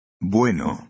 Bueno